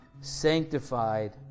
sanctified